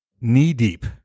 knee-deep